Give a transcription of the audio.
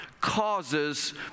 causes